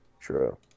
True